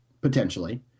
potentially